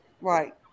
right